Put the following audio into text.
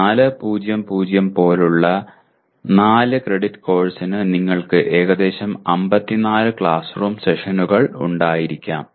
4 0 0 പോലുള്ള 4 ക്രെഡിറ്റ് കോഴ്സിന് നിങ്ങൾക്ക് ഏകദേശം 54 ക്ലാസ് റൂം സെഷനുകൾ ഉണ്ടായിരിക്കാം